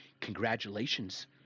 congratulations